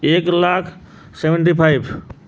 ଏକ lakh seventy five